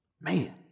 Man